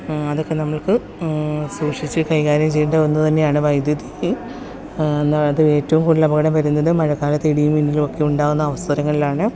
അതൊക്കെ നമ്മൾക്ക് സൂക്ഷിച്ചു കൈകാര്യം ചെയ്യേണ്ട ഒന്ന് തന്നെയാണ് വൈദ്യുതി എന്നത് അത് ഏറ്റവും കൂടുതൽ അപകടം വരുന്നത് മഴക്കാലത്ത് ഇടിയും മിന്നലുമൊക്കെ ഉണ്ടാവുന്ന അവസരങ്ങളിലാണ്